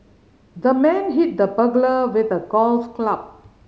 the man hit the burglar with a golf club